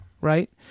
Right